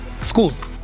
Schools